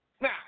Now